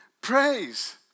praise